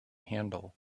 handle